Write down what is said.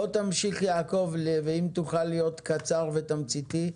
תמשיך, יעקב, ואם תוכל לקצר בדבריך ולהיות תמציתי.